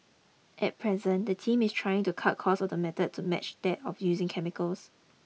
at present the team is trying to cut the cost of the method to match that of using chemicals